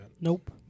Nope